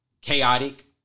chaotic